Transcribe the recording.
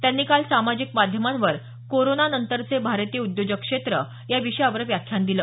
त्यांनी काल सामाजिक माध्यमांवर कोरोना नंतरचे भारतीय उद्योजक क्षेत्र या विषयावर व्याख्यान दिलं